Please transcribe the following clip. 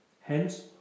Hence